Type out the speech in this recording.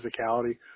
physicality